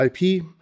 IP